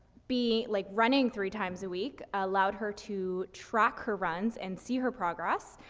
be like, running three times a week allowed her to track her runs and see her progress.